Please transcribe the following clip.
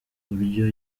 buryo